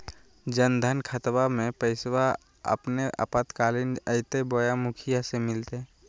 जन धन खाताबा में पैसबा अपने आपातकालीन आयते बोया मुखिया से मिलते?